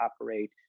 operate